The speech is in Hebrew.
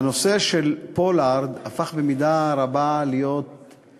והנושא של פולארד הפך במידה רבה לסמל,